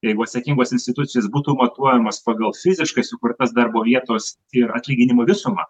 jeigu atsakingos institucijos būtų matuojamas pagal fiziškai sukurtas darbo vietos ir atlyginimų visumą